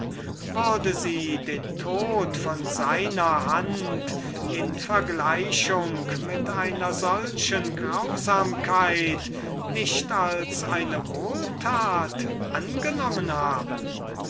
stehlen würde sie den tod von seiner hand in vergleichung mit einer solchen grausamkeit nicht als eine wohltat angenommen haben